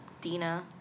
Dina